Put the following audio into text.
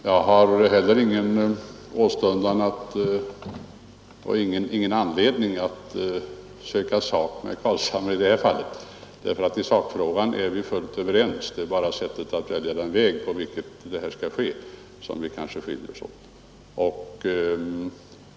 Herr talman! Jag har heller ingen åstundan och ingen anledning att söka sak med herr Carlshamre i det här fallet, därför att i sakfrågan är vi fullt överens. Det gäller bara i fråga om valet av den väg, på vilken det här skall ske, som vi kanske skiljer oss åt.